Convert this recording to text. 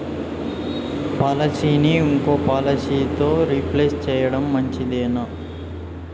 పాలసీని ఇంకో పాలసీతో రీప్లేస్ చేయడం మంచిదేనా?